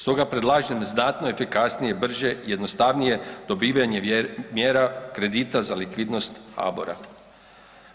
Stoga predlažem znatno efikasnije, brže i jednostavnije dobivanje mjera kredita za likvidnost HABOR-a.